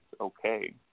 okay